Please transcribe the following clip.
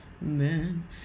man